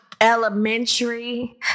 elementary